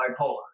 bipolar